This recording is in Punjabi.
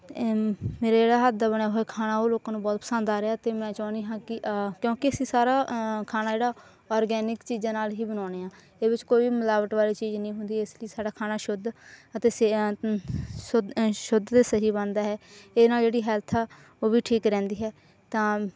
ਮੇਰੇ ਜਿਹੜਾ ਹੱਥ ਦਾ ਬਣਿਆ ਹੋਇਆ ਖਾਣਾ ਉਹ ਲੋਕਾਂ ਨੂੰ ਬਹੁਤ ਪਸੰਦ ਆ ਰਿਹਾ ਅਤੇ ਮੈਂ ਚਾਹੁੰਦੀ ਹਾਂ ਕਿ ਕਿਉਂਕਿ ਅਸੀ ਸਾਰਾ ਖਾਣਾ ਜਿਹੜਾ ਔਰਗੈਨਿਕ ਚੀਜ਼ਾਂ ਨਾਲ ਹੀ ਬਣਾਉਂਦੇ ਹਾਂ ਇਹਦੇ ਵਿੱਚ ਕੋਈ ਵੀ ਮਿਲਾਵਟ ਵਾਲੀ ਚੀਜ਼ ਨਹੀਂ ਹੁੰਦੀ ਇਸ ਲਈ ਸਾਡਾ ਖਾਣਾ ਸ਼ੁੱਧ ਅਤੇ ਸ਼ੁੱਧ ਅਤੇ ਸਹੀ ਬਣਦਾ ਹੈ ਇਹਦੇ ਨਾਲ ਜਿਹੜੀ ਹੈਲਥ ਆ ਉਹ ਵੀ ਠੀਕ ਰਹਿੰਦੀ ਹੈ ਤਾਂ